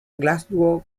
glasgow